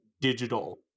digital